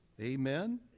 Amen